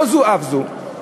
לא זו אף זו,